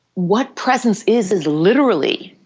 what presence is, is literally